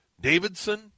Davidson